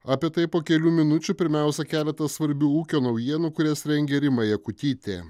apie tai po kelių minučių pirmiausia keletas svarbių ūkio naujienų kurias rengė rima jakutytė